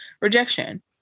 rejection